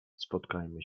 spotkajmy